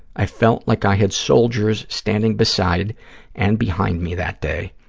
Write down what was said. i felt like i had soldiers standing beside and behind me that day.